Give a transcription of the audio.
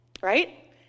Right